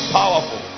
powerful